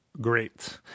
great